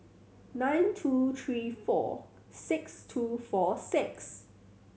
nine two three four six two four six